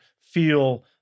feel